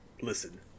listen